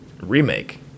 remake